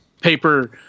paper